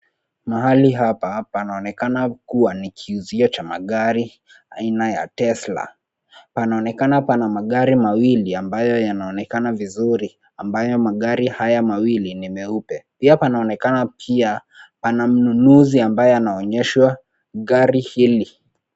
Mahali hapa panaonekana kuwa ni kiuzio cha magari aina ya Tesla. Panaonekana pana magari mawili ambayo yanaonekana vizuri, ambayo magari haya mawili ni meupe. Pia panaonekana pia pana mnunuzi ambaye anaonyeshwa gari hili.